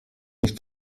nicht